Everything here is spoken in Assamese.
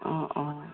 অঁ অঁ